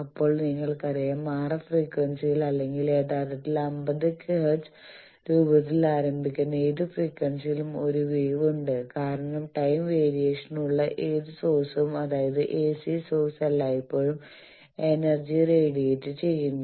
അപ്പോൾ നിങ്ങൾക്കറിയാം RF ഫ്രീക്വൻസിയിൽ അല്ലെങ്കിൽ യഥാർത്ഥത്തിൽ 50 ഹെർട്സ് രൂപത്തിൽ ആരംഭിക്കുന്ന ഏത് ഫ്രീക്വൻസിയിലും ഒരു വേവ് ഉണ്ട് കാരണം ടൈം വേരിയേഷൻനുള്ള ഏത് സോഴ്സും അതായത് ac സോഴ്സ് എല്ലായ്പ്പോഴും എനർജി റേഡിയേറ്റ് ചെയ്യുന്നു